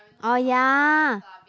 orh ya